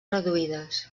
reduïdes